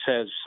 says